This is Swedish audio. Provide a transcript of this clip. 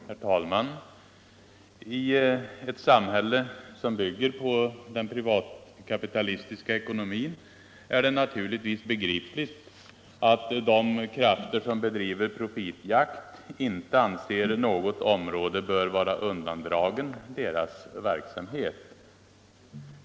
Herr talman! I ett samhälle som bygger på den kapitalistiska ekonomin är det naturligtvis begripligt att de krafter som bedriver profitjakt inte anser att något område bör vara undandraget deras verksamhet.